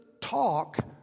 talk